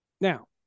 Now